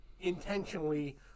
intentionally